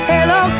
Hello